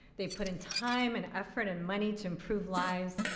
they put in time and effort and money to improve lives.